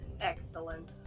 Excellent